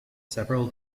several